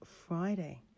Friday